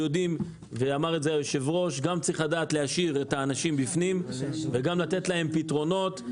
גם צריך לדעת להשאיר את האנשים בפנים וגם לתת להם פתרונות.